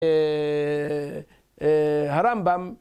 אה, אה, הרמב"ם,